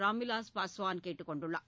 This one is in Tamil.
ராம்விலாஸ் பாஸ்வான் கேட்டுக் கொண்டுள்ளார்